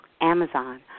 Amazon